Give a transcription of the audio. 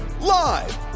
live